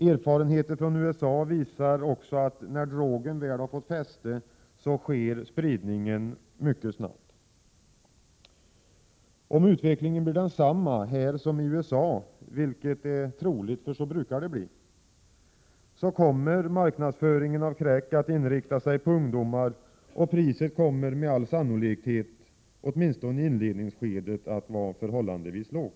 Erfarenheterna från USA visar också att när drogen väl har fått fäste sker spridningen mycket snabbt. Om utvecklingen blir densamma här som i USA - vilket är troligt, för så brukar det bli - kommer marknadsföringen av crack att inrikta sig på ungdomar, och priset kommer med all sannolikhet, åtminstone i inledningsskedet att vara förhållandevis lågt.